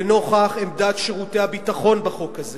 לנוכח עמדת שירותי הביטחון בחוק הזה,